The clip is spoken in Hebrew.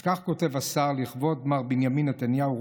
אז כך כותב השר: לכבוד מר בנימין נתניהו,